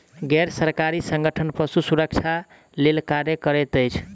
गैर सरकारी संगठन पशु सुरक्षा लेल कार्य करैत अछि